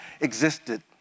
existed